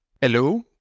Hello